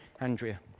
Andrea